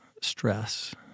stress